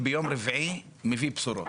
ביום רביעי אני מביא בשורות.